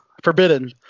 forbidden